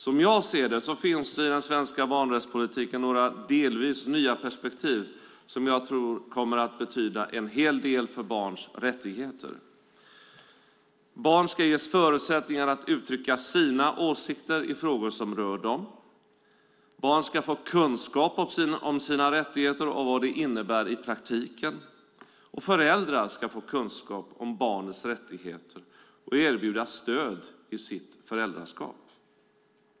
Som jag ser det finns i den svenska barnrättspolitiken några delvis nya perspektiv som jag tror kommer att betyda en hel del för barns rättigheter: Barn ska ges förutsättningar att uttrycka sina åsikter i frågor som rör dem. Barn ska få kunskap om sina rättigheter och vad de innebär i praktiken. Föräldrar ska få kunskap om barnets rättigheter och erbjudas stöd i sitt föräldraskap.